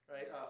Right